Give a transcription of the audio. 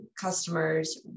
customers